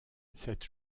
cette